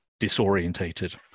disorientated